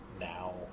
now